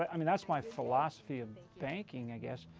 i mean, that's my philosophy of banking, i guess.